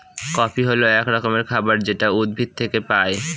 coffee হল এক রকমের খাবার যেটা উদ্ভিদ থেকে পায়